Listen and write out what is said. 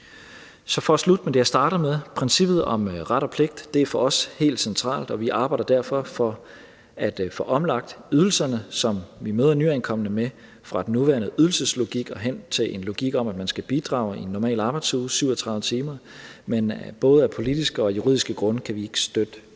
Så for at slutte med det, jeg startede med, vil jeg sige, at princippet om ret og pligt er for os helt centralt, og vi arbejder derfor for at få omlagt ydelserne, som vi møder nyankomne med, fra den nuværende ydelseslogik og hen til en logik om, at man skal bidrage i en normal arbejdsuge, 37 timer, men af både politiske og juridiske grunde kan vi ikke støtte